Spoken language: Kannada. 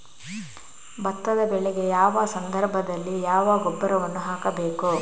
ಭತ್ತದ ಬೆಳೆಗೆ ಯಾವ ಸಂದರ್ಭದಲ್ಲಿ ಯಾವ ಗೊಬ್ಬರವನ್ನು ಹಾಕಬೇಕು?